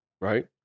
right